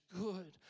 good